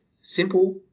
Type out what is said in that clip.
simple